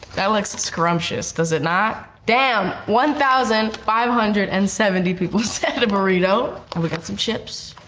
that looks scrumptious, does it not? damn, one thousand five hundred and seventy people said a burrito, and we got some chips.